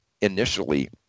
initially